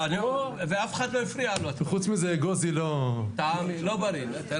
החוק לא יכול להורות לרבנות הראשית לפסוק